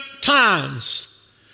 times